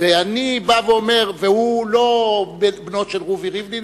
והוא לא בן בנו של רובי ריבלין,